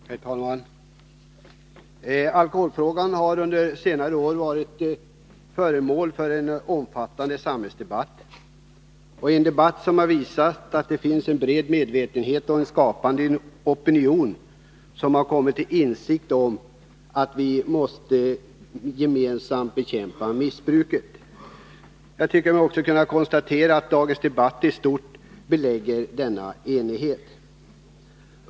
Herr talman! Alkoholfrågan har under senare år varit föremål för en omfattande samhällsdebatt, en debatt som har visat att det finns en bred medvetenhet och en skapande opinion som har kommit till insikt om att vi gemensamt måste bekämpa missbruket. Jag tycker mig också kunna konstatera att dagens debatt i stort bevisar att denna enighet finns.